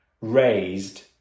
raised